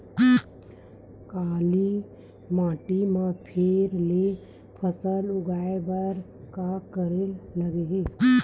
काली माटी म फेर ले फसल उगाए बर का करेला लगही?